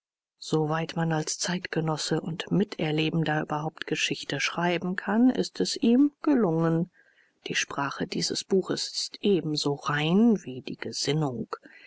soweit man als zeitgenosse und miterlebender überhaupt geschichte schreiben kann ist es ihm gelungen die sprache dieses buches ist ebenso rein wie die gesinnung